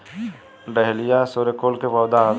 dahlia सूर्यकुल के पौधा हवे